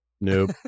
nope